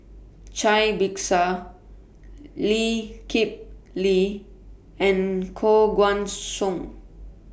Cai Bixia Lee Kip Lee and Koh Guan Song